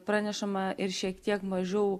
pranešama ir šiek tiek mažiau